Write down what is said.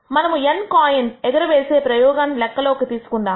మనము n coin ఎగరవేసే ప్రయోగాన్ని లెక్కలోకి తీసుకుందాం